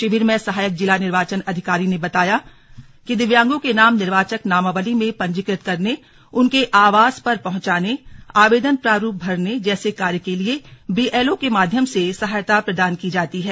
शिविर में सहायक जिला निर्वाचन अधिकारी ने बताया कि दिव्यांगों के नाम निर्वाचक नामावली में पंजीकृत करने उनके आवास पर पहुंचाने आवेदन प्रारूप भरने जैसे कार्य के लिए बीएलओ के माध्यम से सहायता प्रदान की जाती है